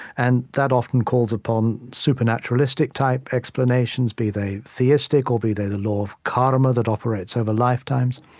and that often calls upon supernaturalistic-type explanations, be they theistic or be they the law of karma that operates over lifetimes.